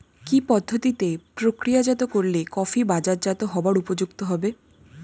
কি পদ্ধতিতে প্রক্রিয়াজাত করলে কফি বাজারজাত হবার উপযুক্ত হবে?